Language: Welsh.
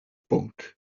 bwnc